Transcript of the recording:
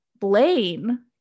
Blaine